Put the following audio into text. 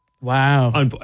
wow